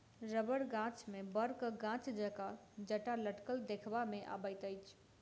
रबड़ गाछ मे बड़क गाछ जकाँ जटा लटकल देखबा मे अबैत अछि